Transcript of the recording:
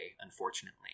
unfortunately